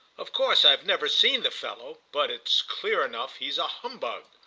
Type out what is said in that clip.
of course i've never seen the fellow, but it's clear enough he's a humbug.